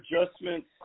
adjustments